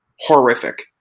horrific